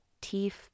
tief